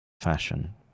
fashion